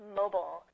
mobile